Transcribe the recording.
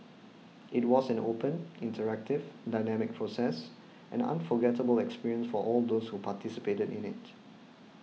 it was an open interactive dynamic process an unforgettable experience for all those who participated in it